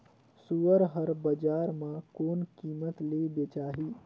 सुअर हर बजार मां कोन कीमत ले बेचाही?